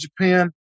Japan